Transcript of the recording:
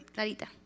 Clarita